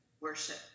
worship